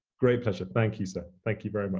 great pleasure, thank you, seth. thank you very